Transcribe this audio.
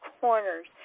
corners